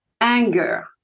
anger